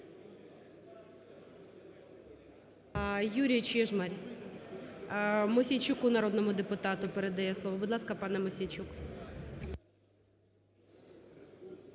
Юрій Чижмарь Мосійчуку, народному депутату, передає слово. Будь ласка, пане Мосійчук.